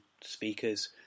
speakers